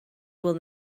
will